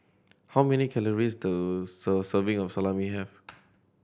how many calories does a serving of Salami have